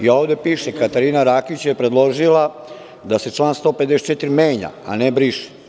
Ovde piše – Katarina Rakić je predložila da se član 154. menja, a ne briše.